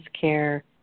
care